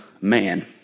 man